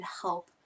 help